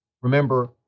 Remember